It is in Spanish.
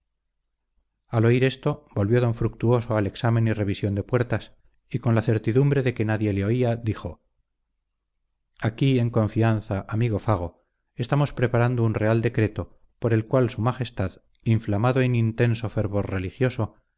al oír esto volvió d fructuoso al examen y revisión de puertas y con la certidumbre de que nadie le oía dijo aquí en confianza amigo fago estamos preparando un real decreto por el cual su majestad inflamado en intenso fervor religioso